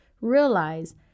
realize